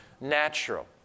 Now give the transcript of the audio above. natural